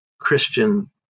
Christian